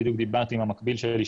בדיוק דיברתי עם המקביל שלי,